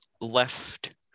left